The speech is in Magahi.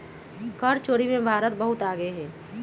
कर चोरी में भारत बहुत आगे हई